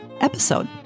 episode